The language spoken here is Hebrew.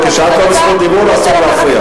כשאת לא ברשות דיבור, אסור להפריע.